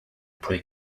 pre